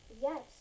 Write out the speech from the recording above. Yes